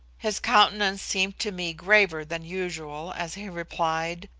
his countenance seemed to me graver than usual as he replied,